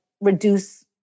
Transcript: reduce